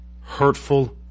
hurtful